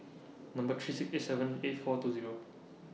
Number three six eight seven eight four two Zero